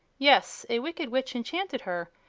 yes a wicked witch enchanted her,